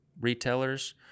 retailers